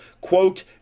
Quote